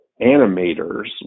animators